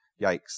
Yikes